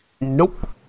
nope